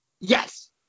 Yes